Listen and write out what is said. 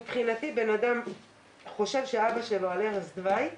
מבחינתי בן אדם חושב שאבא שלו על ערש דווי,